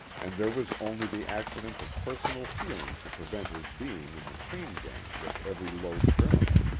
and there was only the accident of personal feeling to prevent his being in the chain-gang with every low criminal.